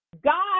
God